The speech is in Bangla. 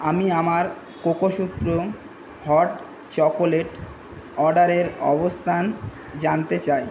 আমি আমার কোকোসুত্র হট চকোলেট অর্ডারের অবস্থান জানতে চাই